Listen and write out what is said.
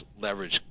leverage